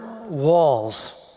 walls